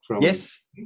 Yes